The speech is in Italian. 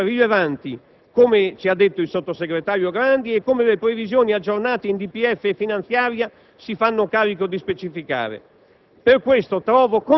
Stiamo parlando di cifre rilevanti, come ci ha detto il sottosegretario Grandi e come le previsioni aggiornate in DPEF e finanziaria si fanno carico di specificare.